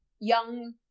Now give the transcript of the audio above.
young